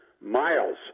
miles